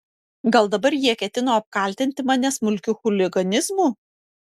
gal dabar jie ketino apkaltinti mane smulkiu chuliganizmu